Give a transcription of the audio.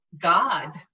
God